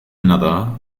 another